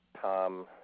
Tom